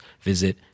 visit